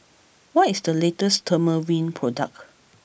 what is the latest Dermaveen product